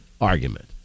argument